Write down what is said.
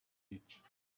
ditch